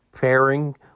pairing